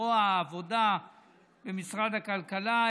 זרוע העבודה במשרד הכלכלה,